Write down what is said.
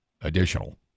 Additional